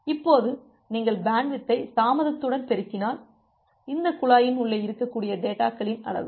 இப்போது நீங்கள் பேண்ட்வித்தை தாமதத்துடன் பெருக்கினால் இந்த குழாயின் உள்ளே இருக்கக்கூடிய டேட்டாகளின் அளவு